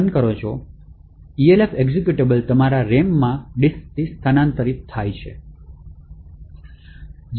Elf executable તમારા RAM માં ડિસ્કથી સ્થાનાંતરિત થાય છે